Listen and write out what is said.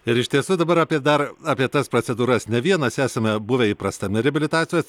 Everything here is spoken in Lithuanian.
ir iš tiesų dabar apie dar apie tas procedūras ne vienas esame buvę įprastame reabilitacijos